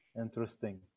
Interesting